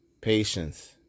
patience